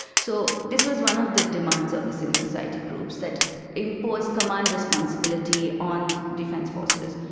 so this was one of the demands of the civil society groups that imposed command responsibility on defence forces.